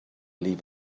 leave